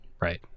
right